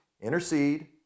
Intercede